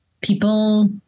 people